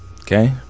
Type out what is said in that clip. Okay